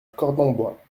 cordenbois